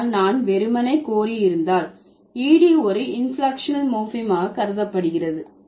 ஆனால் நான் வெறுமனே கோரி இருந்தால் ed ஒரு இன்பிளெக்க்ஷனல் மோர்பீம் கருதப்படுகிறது